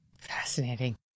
fascinating